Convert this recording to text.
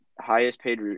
highest-paid